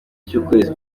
cy’ukwezi